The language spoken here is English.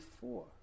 four